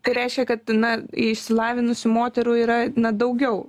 tai reiškia kad na išsilavinusių moterų yra na daugiau